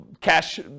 cash